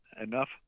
enough